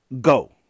go